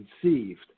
conceived